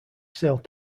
sailed